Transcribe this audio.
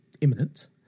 imminent